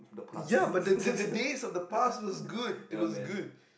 ya but the the days of the past was good it was good